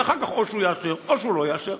ואחר כך או שהוא יאשר או שהוא לא יאשר,